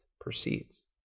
proceeds